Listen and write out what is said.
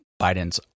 Biden's